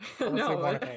no